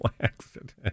accident